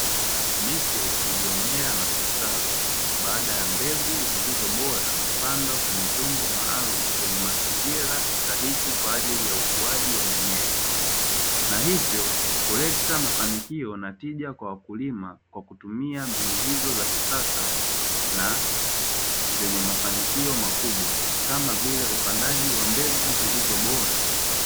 Miche iliyomea na kustawi baada ya mbegu zilizobora kupandwa kwenye vyombo maalumu vyenye mazingira stahiki kwa ajili ya ukuaji wa mimea, na hivyo kuleta mafanikio na tija kwa wakulima kwa kutumia mbinu hizo za kisasa na zenye mafanikio makubwa kama vile upandaji wa mbegu zilizo bora.